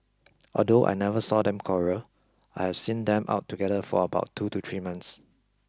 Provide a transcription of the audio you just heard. although I never saw them quarrel I have seen them out together for about two to three months